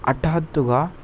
హఠాత్తుగా